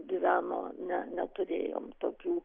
gyveno ne neturėjom tokių